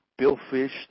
billfish